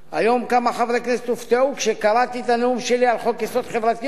היום כמה חברי כנסת הופתעו כשקראתי את הנאום שלי על חוק זכויות חברתיות,